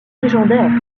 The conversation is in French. légendaires